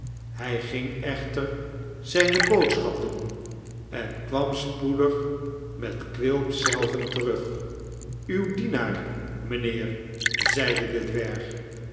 hij ging echter zijne boodschap doen en kwam spoedig met quilp zelven terug uwdienaar mijnheer zeide de dwerg